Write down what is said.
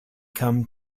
come